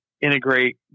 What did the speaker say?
integrate